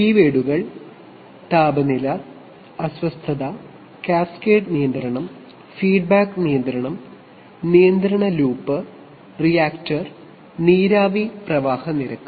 കീവേഡുകൾ താപനില അസ്വസ്ഥത കാസ്കേഡ് നിയന്ത്രണം ഫീഡ്ബാക്ക് നിയന്ത്രണം നിയന്ത്രണ ലൂപ്പ് റിയാക്ടർ നീരാവി പ്രവാഹ നിരക്ക്